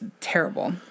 terrible